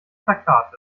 plakat